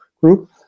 group